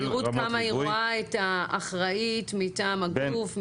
השאלה על תדירות כמה היא רואה את האחרית מטעם הגוף?